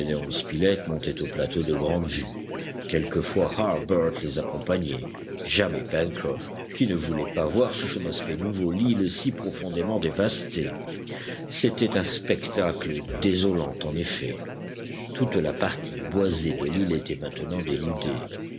montaient au plateau de grande vue quelquefois harbert les accompagnait jamais pencroff qui ne voulait pas voir sous son aspect nouveau l'île si profondément dévastée c'était un spectacle désolant en effet toute la partie boisée de l'île était maintenant dénudée